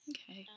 Okay